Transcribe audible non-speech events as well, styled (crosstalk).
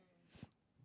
(breath)